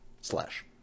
slash